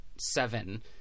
seven